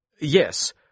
yes